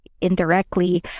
indirectly